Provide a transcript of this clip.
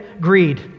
greed